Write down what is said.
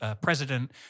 president